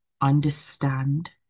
understand